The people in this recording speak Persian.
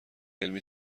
علمی